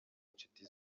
inshuti